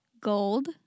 Gold